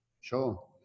sure